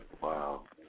Wow